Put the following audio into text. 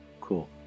Cool